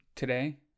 Today